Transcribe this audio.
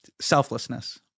selflessness